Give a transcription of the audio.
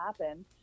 happen